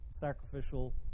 sacrificial